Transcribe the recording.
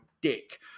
dick